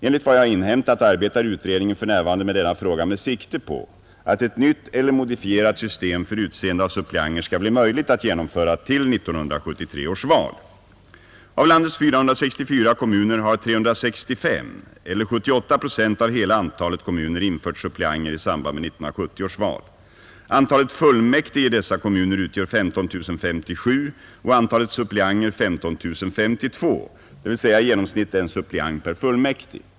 Enligt vad jag har inhämtat arbetar utredningen för närvarande med denna fråga med sikte på att ett nytt eller modifierat system för utseende av suppleanter skall bli möjligt att genomföra till 1973 års val. Av landets 464 kommuner har 365, eller 78 procent av hela antalet kommuner, infört suppleanter i samband med 1970 års val. Antalet fullmäktige i dessa kommuner utgör 15 057 och antalet suppleanter 15 052, dvs. i genomsnitt en suppleant per fullmäktig.